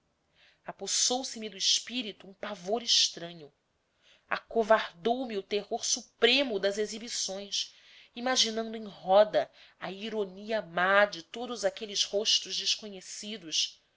respondi apossou se me do espírito um pavor estranho acovardou me o terror supremo das exibições imaginando em roda a ironia má de todos aqueles rostos desconhecidos